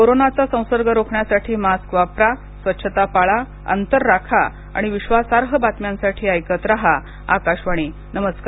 कोरोनाचा संसर्ग रोखण्यासाठी मास्क वापरा स्वच्छता पाळा अंतर राखा आणि विश्वासार्ह बातम्यांसाठी ऐकत रहा आकाशवाणी नमस्कार